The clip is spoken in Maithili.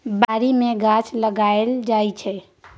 बारी मे गाछ लगाएल जाइ छै